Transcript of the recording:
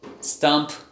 stump